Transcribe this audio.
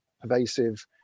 pervasive